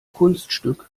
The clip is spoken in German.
kunststück